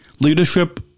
leadership